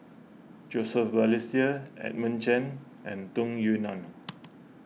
Joseph Balestier Edmund Chen and Tung Yue Nang